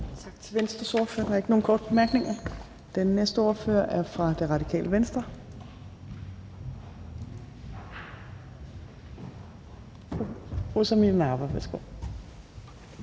til Venstres ordfører. Der er ikke nogen korte bemærkninger. Den næste ordfører er fra Radikale Venstre, fru Samira Nawa. Værsgo.